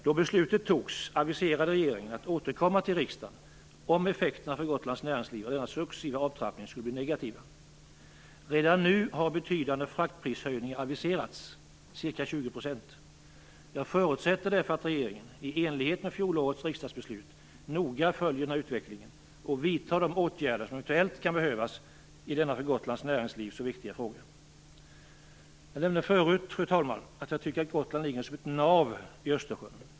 Då beslutet fattades aviserade regeringen att man skulle återkomma till riksdagen om effekterna för Gotlands näringsliv av denna successiva avtrappning skulle bli negativa. Redan nu har betydande fraktprishöjningar aviserats, ca 20 %. Jag förutsätter därför att regeringen i enlighet med fjolårets riksdagsbeslut noga följer denna utveckling och vidtar de åtgärder som eventuellt kan behövas i denna för Gotlands näringsliv så viktiga fråga. Jag nämnde förut, fru talman, att jag tycker att Gotland ligger som ett nav i Östersjön.